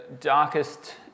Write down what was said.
darkest